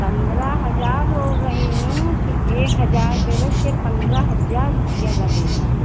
पन्द्रह हजार बोल रही हूँ कि एक हजार डेरेस के पन्द्रह हजार रुपिया लगेगा